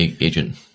agent